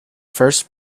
first